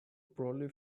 brolly